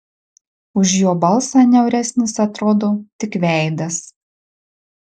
už jo balsą niauresnis atrodo tik veidas